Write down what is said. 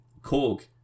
Korg